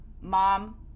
mom